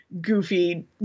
goofy